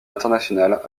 internationale